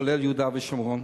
כולל יהודה ושומרון.